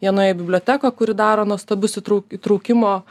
jie nuėjo į biblioteką kuri daro nuostabius įtrauk įtraukimo